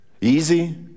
Easy